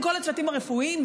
עם כל הצוותים הרפואיים.